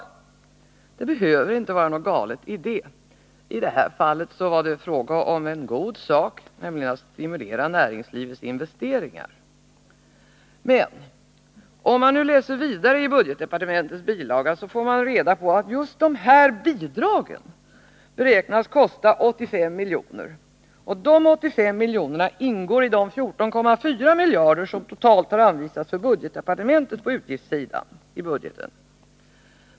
Det behöver inte vara något galet i det. I detta fall är det fråga om en god sak, nämligen att stimulera näringslivets investeringar. Men om man nu läser vidare i budgetdepartementets bilaga, får man reda på att just de här bidragen beräknas kosta 85 milj.kr., och de 85 miljonerna går in i de 14,4 miljarder kronor som totalt har anvisats för budgetdepartementet på utgiftssidan i budgeten.